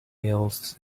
males